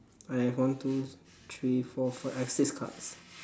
I have one two three four five I have six cards